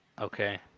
Okay